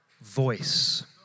voice